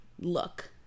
look